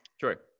Sure